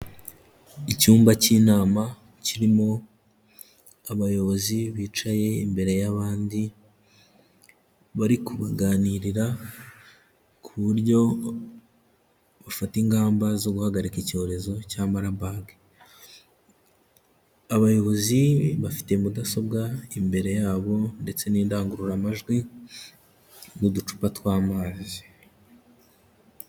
Icyumba cy'inama kirimo abayobozi bicaye imbere y'abandi bari kubaganirira ku buryo bufata ingamba zo guhagarika icyorezo cya Maraburg, abayobozi bafite mudasobwa imbere yabo ndetse n'indangururamajwi n'uducupa tw'amazi.